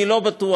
אני לא בטוח,